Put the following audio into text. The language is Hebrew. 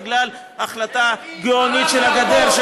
בגלל ההחלטה הגאונית על הגדר,